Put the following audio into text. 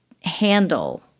handle